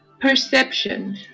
Perception